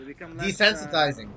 desensitizing